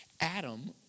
Adam